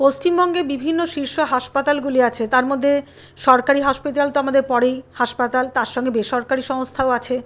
পশ্চিমবঙ্গে বিভিন্ন শীর্ষ হাসপাতালগুলি আছে তার মধ্যে সরকারি হসপিটাল তো আমাদের পরেই হাসপাতাল তার সঙ্গে বেসরকারি সংস্থাও আছে